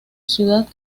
ciudad